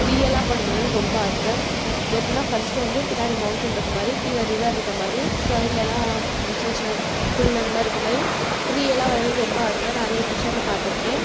ரியலாக பண்ணுன்னு எனக்கு ரொம்ப ஆசை எப்படின்னால் ஃபஸ்ட்டு வந்து பின்னாடி மௌண்டன் இருக்கற மாதிரி கீழே ரிவர் இருக்கற மாதிரி சைடுலலாம் சின்ன சின்ன புல் அந்த மாதிரி இருக்கற மாதிரி ரியலாக வரையணுன்னு ரொம்ப ஆசை நிறைய பிச்சரில் பார்த்துருக்கேன்